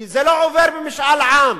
כי זה לא עובר משאל עם.